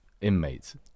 inmates